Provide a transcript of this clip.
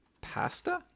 Pasta